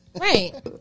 Right